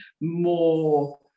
more